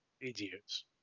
Idiots